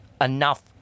enough